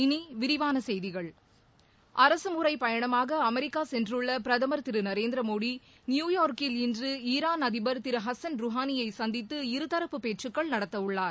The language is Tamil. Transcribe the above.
இனி விரிவான செய்திகள் அரகமுறைப் பயணமாக அமெிக்கா சென்றுள்ள பிரதமர் திரு நரேந்திரமோடி நியூயார்க்கில் இன்று ஈரான் அதிபர் திரு ஹசன் ரவானியை சந்தித்து இருதரப்பு பேச்சக்கள் நடத்தவுள்ளார்